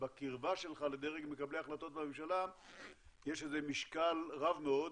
בקרבה שלך לדרג מקבלי ההחלטות בממשלה יש לזה משקל רב מאוד,